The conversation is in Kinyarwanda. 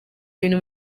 ibintu